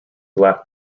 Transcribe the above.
black